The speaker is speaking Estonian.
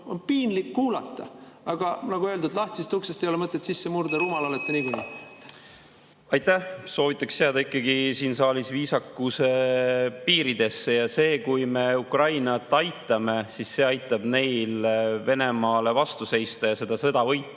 on piinlik kuulata. Aga nagu öeldud, lahtisest uksest ei ole mõtet sisse murda, rumal olete niikuinii. Aitäh! Ma soovitaksin ikkagi siin saalis viisakuse piiridesse jääda. See, kui me Ukrainat aitame, aitab neil Venemaale vastu seista ja seda sõda võita